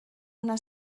una